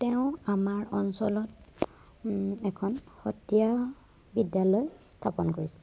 তেওঁ আমাৰ অঞ্চলত এখন সত্ৰীয়া বিদ্যালয় স্থাপন কৰিছিল